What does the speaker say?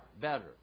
better